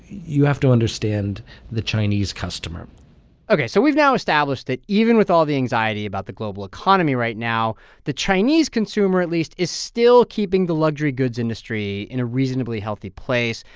you have to understand the chinese customer ok. so we've now established that even with all the anxiety about the global economy right now, the chinese consumer, at least, is still keeping the luxury goods industry in a reasonably healthy place.